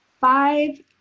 five